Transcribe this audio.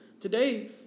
Today